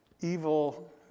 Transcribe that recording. evil